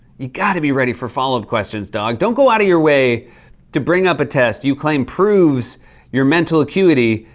you gotta be ready for follow-up questions, dawg. don't go out of your way to bring up a test you claim proves your mental acuity,